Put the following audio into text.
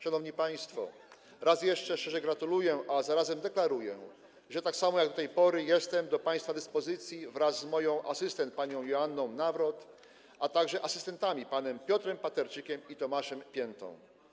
Szanowni państwo, raz jeszcze szczerze gratuluję, a zarazem deklaruję, że tak samo jak do tej pory jestem do państwa dyspozycji wraz z moją asystent panią Joanną Nawrot, a także asystentami panami Piotrem Paterczykiem i Tomaszem Piątą.